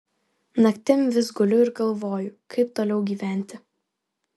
naktim vis guliu ir galvoju kaip toliau gyventi